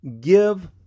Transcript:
give